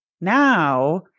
Now